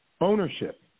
ownership